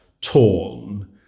torn